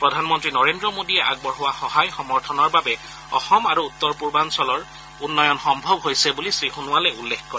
প্ৰধানমন্ত্ৰী নৰেন্দ্ৰ মোদীয়ে আগবঢ়োৱা সহায় সমৰ্থনৰ বাবে অসম আৰু উত্তৰ পূৰ্বাঞ্চলৰ উন্নয়ন সম্ভৱ হৈছে বুলি শ্ৰীসোণোৱালে উল্লেখ কৰে